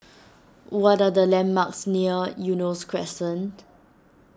what are the landmarks near Eunos Crescent